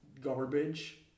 garbage